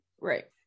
Right